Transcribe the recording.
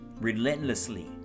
relentlessly